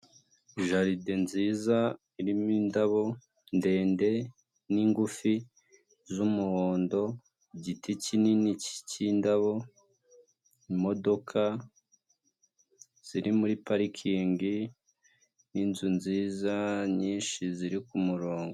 Jarid nziza irimo indabo ndende n'ngufi z'umuhondo, igiti kinini cy'indabo, imodoka ziri muri parikingi n'inzu nziza nyinshi ziri ku murongo.